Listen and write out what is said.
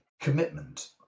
commitment